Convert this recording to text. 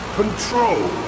control